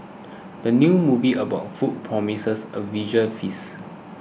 the new movie about food promises a visual feast